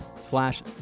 slash